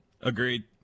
Agreed